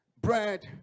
bread